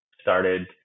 started